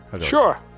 Sure